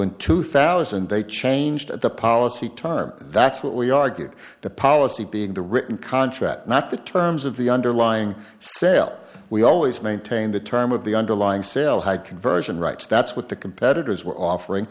in two thousand they changed the policy time that's what we argued the policy being the written contract not the terms of the underlying sale we always maintain the term of the underlying sell high conversion rights that's what the competitors were offering